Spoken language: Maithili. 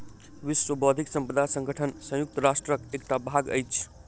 विश्व बौद्धिक संपदा संगठन संयुक्त राष्ट्रक एकटा भाग अछि